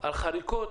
על חריקות